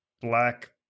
black